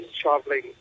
traveling